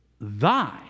thy